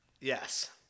Yes